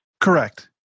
Correct